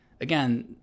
again